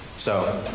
so.